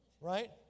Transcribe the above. right